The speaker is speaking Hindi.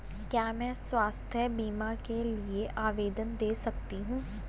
क्या मैं स्वास्थ्य बीमा के लिए आवेदन दे सकती हूँ?